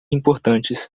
importantes